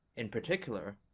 in particular,